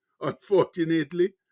unfortunately